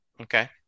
Okay